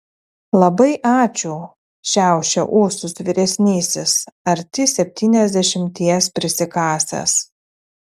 labai ačiū šiaušia ūsus vyresnysis arti septyniasdešimties prisikasęs